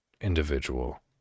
individual